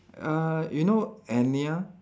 uh you know Enya